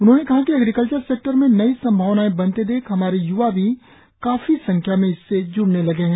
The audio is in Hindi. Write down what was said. उन्होंने कहा कि एग्रीकल्चर सेक्टर में नई संभावनाए बनते देख हमारे युवा भी काफी संख्या में इससे जूड़ने लगे है